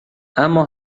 اما